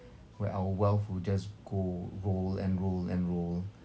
where our wealth would just go roll and roll and roll